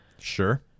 Sure